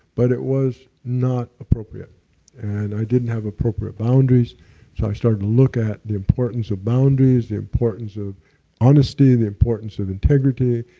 but it was not appropriate and i didn't have appropriate boundaries. so i started to look at the importance of boundaries, the importance of honesty, the importance of integrity,